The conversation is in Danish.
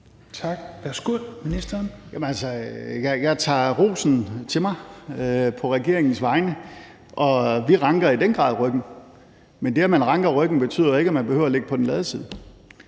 (Nicolai Wammen): Jeg tager rosen til mig på regeringens vegne, og vi ranker i den grad ryggen, men det, at man ranker ryggen, betyder jo ikke, at man behøver at ligge på den lade side.